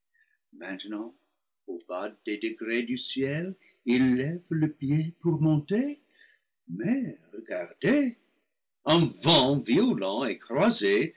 du ciel ils lèvent le pied pour monter mais regardez un vent violent et croisé